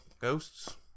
ghosts